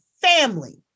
family